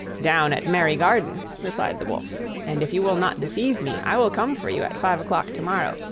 down at merry-garden, replied the wolf and if you will not deceive me i will come for you, at five o'clock to-morrow,